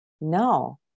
No